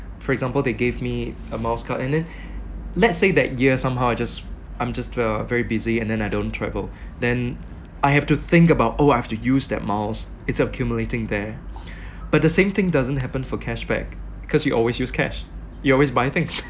for example they gave me a miles card and then let's say that year somehow I just I'm just uh very busy and then I don't travel then I have to think about oh I have to use that miles it's accumulating there but the same thing doesn't happen for cashback because you always use cash you always buy things